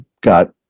got